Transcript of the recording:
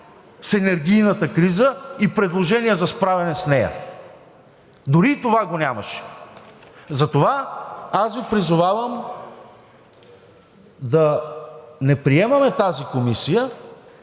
с енергийната криза и предложения за справяне с нея, дори и това го нямаше. Затова аз Ви призовавам да не приемаме тази комисия.